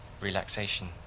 relaxation